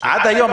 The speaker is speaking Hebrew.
עד היום,